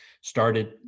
started